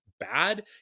bad